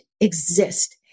exist